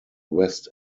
west